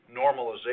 normalization